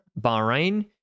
Bahrain